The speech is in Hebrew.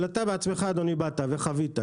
אבל אתה אדוני בעצמך באת וחווית,